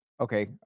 Okay